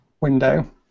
window